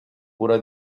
pura